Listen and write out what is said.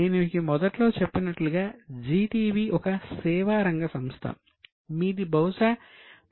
నేను మీకు మొదట్లో చెప్పినట్లుగా జీ టీవీ ఒక సేవారంగ సంస్థ మీది బహుశా తయారీ సంస్థ అయి ఉండొచ్చు